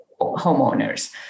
homeowners